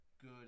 good